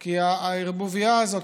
כי הערבוביה הזאת,